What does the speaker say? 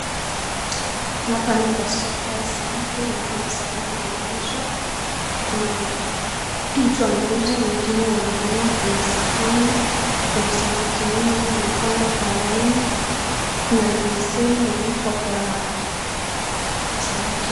Hapa ni soko ya samaki mahali samaki inauzwa Kuna mtu anauza wengine wananunua Kuna sahani Kuna samaki nyingi imepangwa kwa laini Kuna beseni imeekwa Kwa samaki